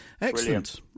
Excellent